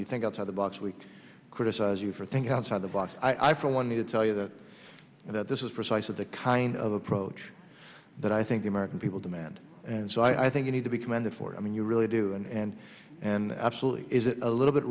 you think outside the box we criticize you for thinking outside the box i for one to tell you that that this is precisely the kind of approach that i think the american people demand and so i think you need to be commended for i mean you really do and and absolutely is it a little bit